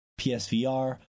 PSVR